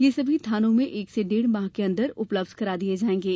यह सभी थानों में एक डेढ़ माह के अंदर उपलब्ध करा दिये जायेंगे